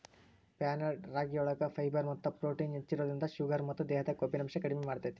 barnyard ರಾಗಿಯೊಳಗ fibre ಮತ್ತ protein ಹೆಚ್ಚಿರೋದ್ರಿಂದ ಶುಗರ್ ಮತ್ತ ದೇಹದಾಗ ಕೊಬ್ಬಿನಾಂಶ ಕಡಿಮೆ ಮಾಡ್ತೆತಿ